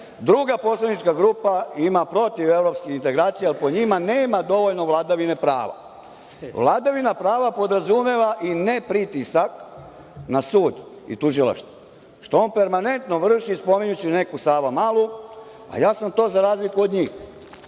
poslanička grupa ima protiv evropskih integracija i po njima nema dovoljno vladavine prava. Vladavina prava podrazumeva i ne pritisak na sud i tužilaštvo, što on permanentno vrši spominjući neku Savamalu, a ja sam to za razliku od njih,